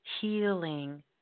healing